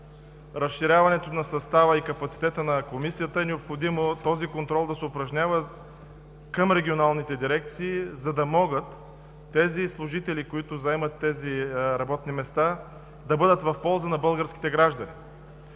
разширяването на състава и капацитета на Комисията е необходимо този контрол да се упражнява към регионалните дирекции, за да могат служителите, които заемат тези работни места, да бъдат в полза на българските граждани.